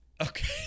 Okay